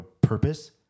purpose